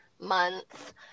months